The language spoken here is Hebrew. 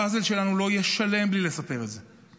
הפאזל שלנו לא יהיה שלם בלי לספר את זה.